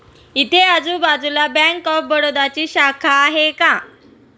इथे आजूबाजूला bank of बडोदाची शाखा आहे का?